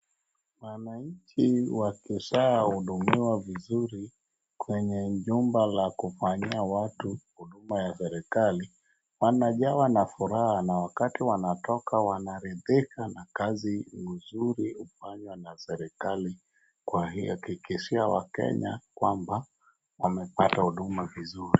Wananchi wakisha hudumiwa vizuri kwenye jumba la kufanyia watu huduma ya serikali, wanajawa na furaha na wakati wanatoka wanaridhika na kazi mzuri hufanywa na serikali kuhakikishia wakenya kwamba wamepata huduma vizuri.